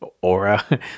aura